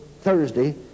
Thursday